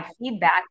feedback